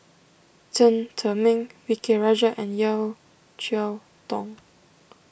Chen Zhiming V K Rajah and Yeo Cheow Tong